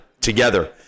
together